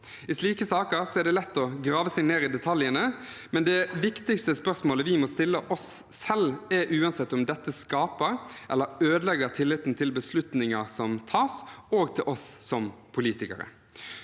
I slike saker er det lett å grave seg ned i detaljene, men det viktigste spørsmålet vi må stille oss selv, er uansett om dette skaper eller ødelegger tilliten til beslutningen som tas, og til oss som politikere.